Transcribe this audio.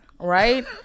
Right